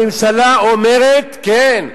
הממשלה אומרת, כן.